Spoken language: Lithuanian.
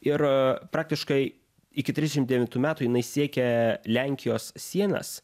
ir praktiškai iki trisdešim devyntų metų jinai siekė lenkijos sienas